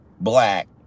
black